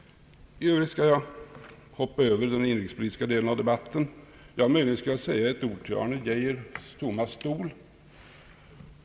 I övrigt skall jag hoppa över den inrikespolitiska delen av debatten. Möjligen skall jag säga ett ord till herr Arne Geijers tomma stol.